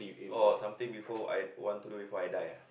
oh something before I want to do before I die ah